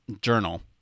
Journal